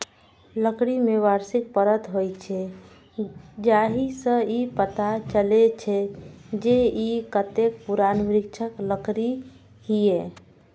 लकड़ी मे वार्षिक परत होइ छै, जाहि सं ई पता चलै छै, जे ई कतेक पुरान वृक्षक लकड़ी छियै